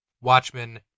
Watchmen